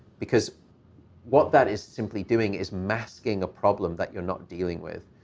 because what that is simply doing is masking a problem that you're not dealing with,